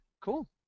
cool